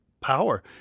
power